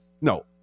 No